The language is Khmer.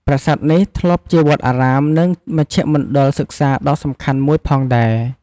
ប្រាសាទនេះធ្លាប់ជាវត្តអារាម និងមជ្ឈមណ្ឌលសិក្សាដ៏សំខាន់មួយផងដែរ។